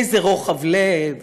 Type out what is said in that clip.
איזה רוחב לב,